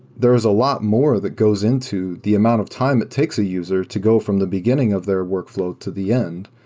there is a lot more that goes into the amount of time it takes a user to go from the beginning of their workflow to the end,